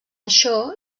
això